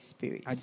Spirit